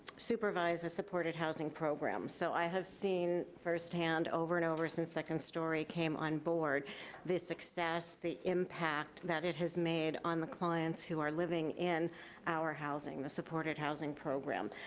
supervise the supported housing programs, so i have seen firsthand over and over since second story came onboard the success, the impact that it has made on the clients who are living in our housing, the supported housing program.